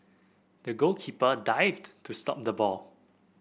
the goalkeeper dived to stop the ball